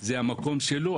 המקום שלו,